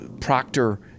Proctor